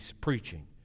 preaching